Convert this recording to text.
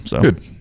Good